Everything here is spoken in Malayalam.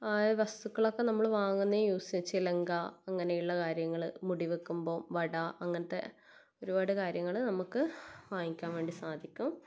ആയ വസ്തുക്കളൊക്കെ നമ്മൾ വാങ്ങുന്നതും യൂസ് വെച്ച് ചിലങ്ക അങ്ങനെയുള്ള കാര്യങ്ങൾ മുടി വെക്കുമ്പോൾ വട അങ്ങനത്തെ ഒരുപാട് കാര്യങ്ങൾ നമുക്ക് വാങ്ങിക്കാൻ വേണ്ടി സാധിക്കും